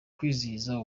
kwizihiza